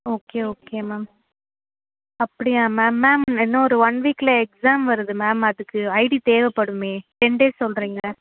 okay okay ma'am அப்படியா ma'am ma'am ma'am ma'am இன்னொரு one வீக்கில் எக்ஸாம் வருது மேம் மேம் அதுக்கு ஐடி தேவைப்படுமே டென் டேஸ் சொல்கிறீங்க